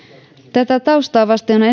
tätä taustaa vasten on